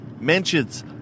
mentions